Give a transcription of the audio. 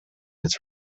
its